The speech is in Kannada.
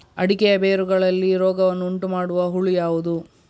ಅಡಿಕೆಯ ಬೇರುಗಳಲ್ಲಿ ರೋಗವನ್ನು ಉಂಟುಮಾಡುವ ಹುಳು ಯಾವುದು?